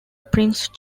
prince